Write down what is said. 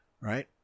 right